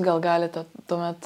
gal galite tuomet